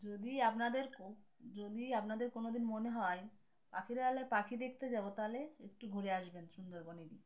যদি আপনাদের যদি আপনাদের কোনো দিন মনে হয় পাখিরালায় পাখি দেখতে যাব তাহলে একটু ঘুরে আসবেন সুন্দরবনে দিন